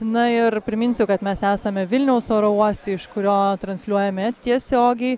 na ir priminsiu kad mes esame vilniaus oro uoste iš kurio transliuojame tiesiogiai